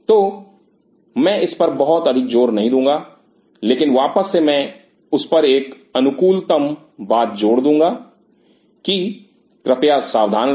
तो मैं इस पर बहुत अधिक जोर नहीं दूंगा लेकिन वापस से मैं उस पर एक अनुकूलतम बात जोड़ दूंगा कि कृपया सावधान रहें